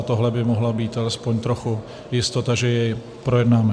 A tohle by mohla být alespoň trochu jistota, že jej projednáme.